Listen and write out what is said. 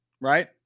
Right